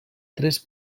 tres